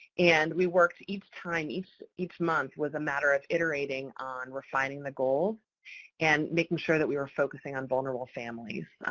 and we worked each time, each each month was a matter of iterating on refining the goals and making sure that we were focusing on vulnerable families.